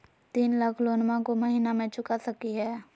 तीन लाख लोनमा को महीना मे चुका सकी हय?